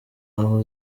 aho